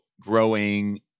growing